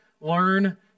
learn